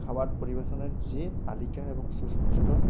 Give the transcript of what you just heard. খাবার পরিবেশনের যে তালিকা এবং সুস্পষ্ট